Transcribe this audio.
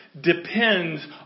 depends